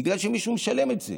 בגלל שמישהו משלם את זה.